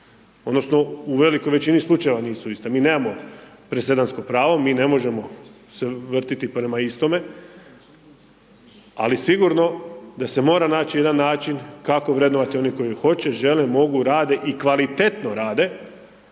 odnosno u velikoj većini slučajeva nisu ista, mi nemamo presedansko pravo, mi ne možemo se vrtjeti prema istome, ali sigurno da se mora naći jedan način kako vrednovati one koji hoće, žele, mogu, rade i kvalitetno rade